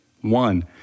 one